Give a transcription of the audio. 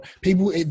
people